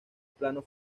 planos